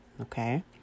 okay